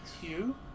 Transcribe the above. two